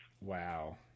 Wow